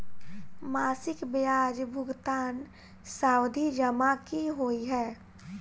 मासिक ब्याज भुगतान सावधि जमा की होइ है?